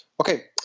Okay